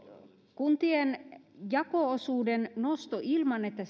kuntien jako osuuden nosto ilman että